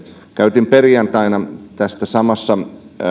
käytin perjantaina tästä samasta